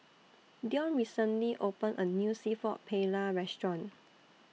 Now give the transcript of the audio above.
Deon recently opened A New Seafood Paella Restaurant